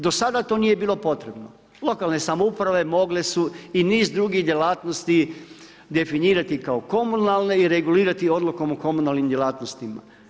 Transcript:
Do sada to nije bilo potrebno, lokalne samouprave mogle su i niz drugih djelatnosti definirati kao komunalne i regulirati odlukom o komunalnim djelatnostima.